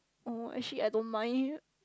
oh actually I don't mind